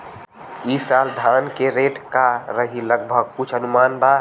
ई साल धान के रेट का रही लगभग कुछ अनुमान बा?